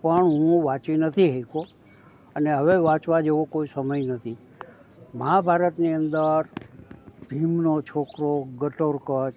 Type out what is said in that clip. પણ હું વાંચી નથી શક્યો અને હવે વાંચવા જેવો કોઈ સમય નથી મહાભારતની અંદર ભીમનો છોકરો ગટોરગચ્છ